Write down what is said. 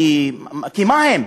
כי מה הם?